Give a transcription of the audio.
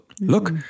Look